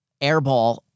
airball